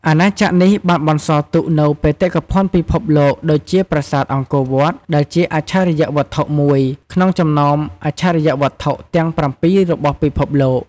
អាណាចក្រនេះបានបន្សល់ទុកនូវបេតិកភណ្ឌពិភពលោកដូចជាប្រាសាទអង្គរវត្តដែលជាអច្ឆរិយវត្ថុមួយក្នុងចំណោមអច្ឆរិយវត្ថុទាំងប្រាំពីររបស់ពិភពលោក។